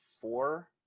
four